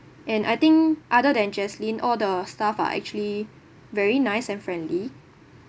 and I think other than jaslyn all the staff are actually very nice and friendly